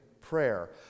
prayer